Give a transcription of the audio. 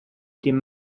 dem